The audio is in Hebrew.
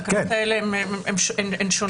התקנות האלה הן שונות.